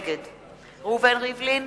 נגד ראובן ריבלין,